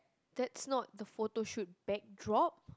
that's not the photo shoot backdrop